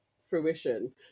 fruition